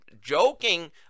joking